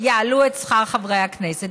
יעלו את שכר חברי הכנסת.